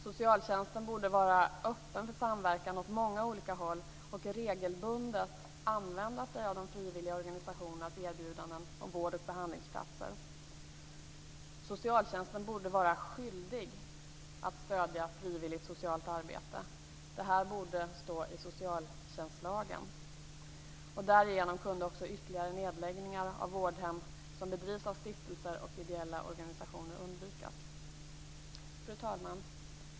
Socialtjänsten borde vara öppen för samverkan åt många olika håll och regelbundet använda sig av de frivilliga organisationernas erbjudanden om vård och behandlingsplatser. Socialtjänsten borde vara skyldig att stödja frivilligt socialt arbete. Detta borde stå i socialtjänstlagen. Därigenom kan också ytterligare nedläggningar av vårdhem som bedrivs av stiftelser och ideella organisationer undvikas. Fru talman!